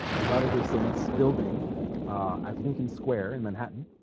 the latter-day saints building at lincoln square in manhattan